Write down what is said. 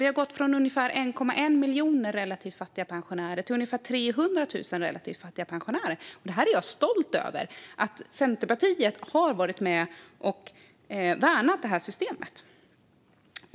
Vi har gått från ungefär 1,1 miljoner relativt fattiga pensionärer till ungefär 300 000 relativt fattiga pensionärer. Jag stolt över att Centerpartiet har varit med och värnat detta system.